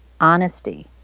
honesty